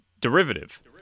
derivative